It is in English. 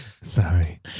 sorry